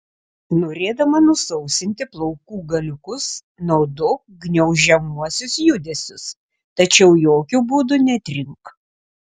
norėdama nusausinti plaukų galiukus naudok gniaužiamuosius judesius tačiau jokiu būdu netrink